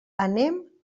anem